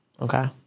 Okay